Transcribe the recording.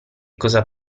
cosa